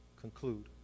conclude